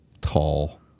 tall